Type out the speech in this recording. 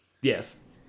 Yes